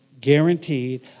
Guaranteed